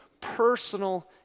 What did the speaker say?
personal